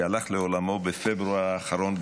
שהלך לעולמו בפברואר האחרון,